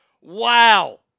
Wow